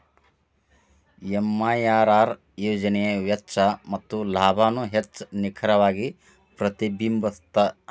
MIRR ಯೋಜನೆಯ ವೆಚ್ಚ ಮತ್ತ ಲಾಭಾನ ಹೆಚ್ಚ್ ನಿಖರವಾಗಿ ಪ್ರತಿಬಿಂಬಸ್ತ